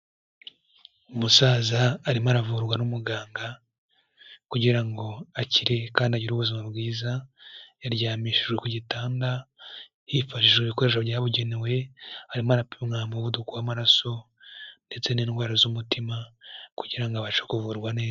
Umusaza arimo aravurwa n'umuganga kugira ngo akire kandi agire ubuzima bwiza, yaryamishijwe ku gitanda hifashijwe ibikoresho byabugenewe, arimo arapimwa umuvuduko w'amaraso ndetse n'indwara z'umutima kugira ngo abashe kuvurwa neza.